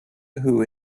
who